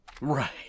Right